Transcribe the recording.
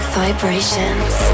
vibrations